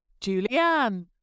Julianne